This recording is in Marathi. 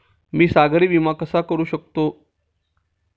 मी सागरी विमा कसा करू शकतो?